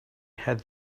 had